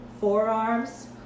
forearms